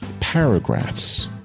paragraphs